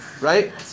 right